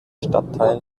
stadtteil